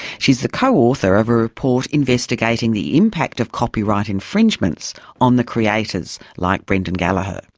she is the co-author of a report investigating the impact of copyright infringements on the creators like brendan gallagher.